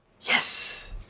Yes